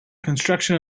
construction